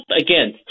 again